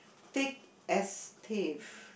thick as thieves